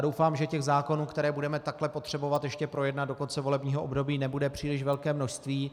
Doufám, že zákonů, které budeme takhle potřebovat ještě projednat do konce volebního období, nebude příliš velké množství.